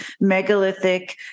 megalithic